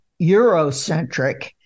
Eurocentric